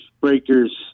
breakers